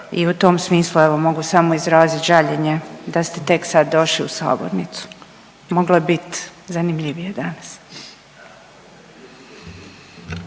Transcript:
i u tom smislu evo mogu samo izrazit žaljenje da ste tek sad došli u sabornicu i moglo je bit zanimljivije danas.